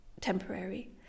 temporary